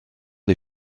des